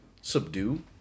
subdue